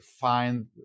find